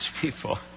people